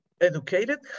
educated